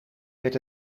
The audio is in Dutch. werd